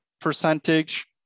percentage